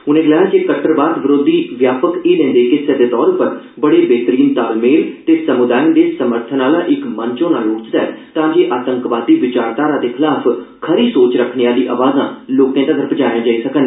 उनें गलाया जे कट्टरवार वरोधी व्यापक हीलें दे इक हिस्से दे तौर उप्पर बड़े बेहतरीन तालमेल ते समुदाय दे समर्थन आहला इक मंच होना लोड़चदा ऐ तांजे आतंकवादी विचारधारा खलाफ खरी सोच रक्खने आहली आवाजां लोकें तगर पुजाइयां जाई सकन